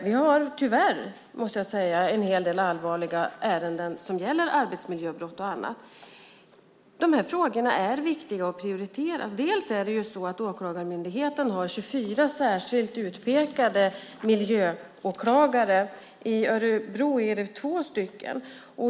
Vi har tyvärr, måste jag säga, en hel del allvarliga ärenden som gäller bland annat arbetsmiljöbrott. De här frågorna är det viktigt att prioritera. Åklagarmyndigheten har 24 särskilt utpekade miljöåklagare - i Örebro två.